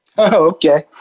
Okay